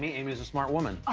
yeah amy is a smart woman.